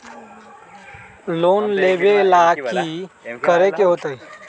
Loan लेबे ला की कि करे के होतई?